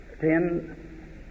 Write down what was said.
Ten